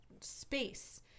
space